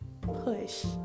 push